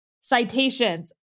citations